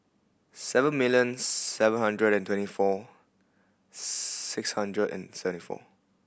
seven million seven hundred and twenty four six hundred and forty seven